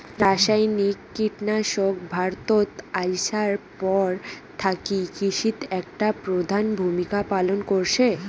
রাসায়নিক কীটনাশক ভারতত আইসার পর থাকি কৃষিত একটা প্রধান ভূমিকা পালন করসে